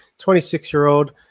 26-year-old